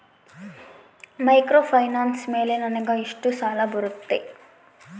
Microfinance ಮೇಲೆ ನನಗೆ ಎಷ್ಟು ಸಾಲ ಬರುತ್ತೆ?